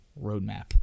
roadmap